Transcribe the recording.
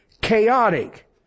chaotic